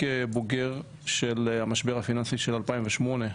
כבוגר של המשבר הפיננסי של 2008,